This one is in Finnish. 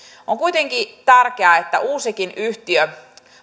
on kuitenkin tärkeää että uusikin yhtiö